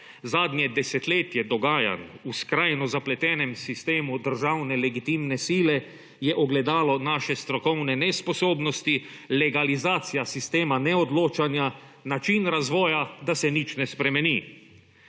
zadnje desetletje dogajanj v skrajno zapletenem sistemu državne legitimne sile je ogledalo naše strokovne nesposobnosti, legalizacija sistema neodločanja, način razvoja, da se nič ne spremeni.